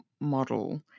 model